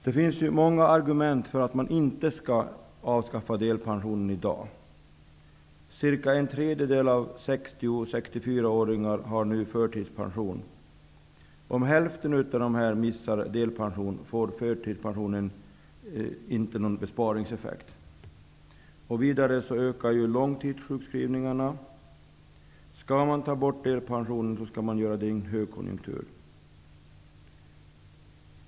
Det finns ju många argument som talar mot ett avskaffande av delpensionen i dag. Ungefär en tredjedel av personer i åldern 60--64 år har nu förtidspension. Om hälften av dessa missar delpensionen, får förtidspensionen inte någon besparingseffekt. Vidare ökar långtidssjukskrivningarna. Om delpensionen skall tas bort, skall det ske i en högkonjunktur.